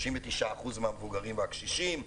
39% מהמבוגרים והקשישים,